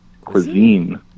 Cuisine